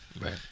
Right